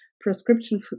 prescription